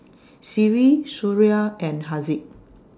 Seri Suria and Haziq